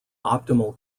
optimal